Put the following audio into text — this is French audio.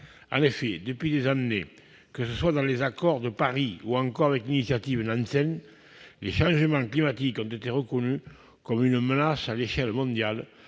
En effet, depuis des années, que ce soit dans les accords de Paris ou avec l'initiative Nansen, les changements climatiques sont reconnus comme une menace à l'échelle mondiale,